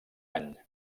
any